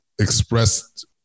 expressed